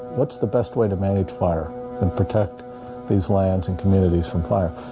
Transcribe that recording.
what's the best way to manage fire and protect these lands and communities from fire?